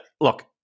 look